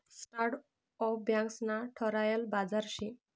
startup banks ना ठरायल बाजार शे